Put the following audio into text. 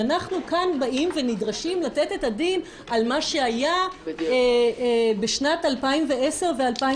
ואנחנו כאן באים ונדרשים לתת את הדין על מה שהיה בשנת 2010 ו-2011.